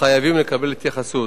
וחייבים לקבל התייחסות.